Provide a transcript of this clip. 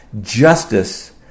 justice